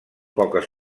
poques